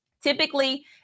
typically